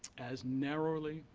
as narrowly,